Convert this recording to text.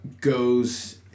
goes